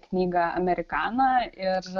knygą amerikana ir